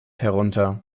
herunter